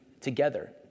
together